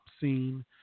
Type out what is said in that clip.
scene